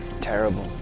terrible